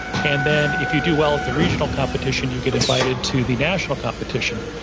and then if you do well at the regional competition, you get invited to the national competition.